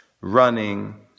running